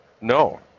No